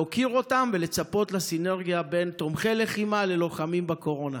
להוקיר אותם ולצפות לסינרגיה בין תומכי לחימה ללוחמים בקורונה.